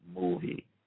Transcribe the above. movie